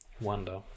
wonder